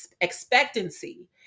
expectancy